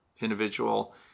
individual